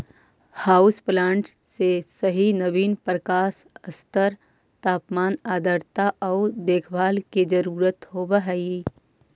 house plant के सही नवीन प्रकाश स्तर तापमान आर्द्रता आउ देखभाल के जरूरत होब हई